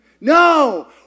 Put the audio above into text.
No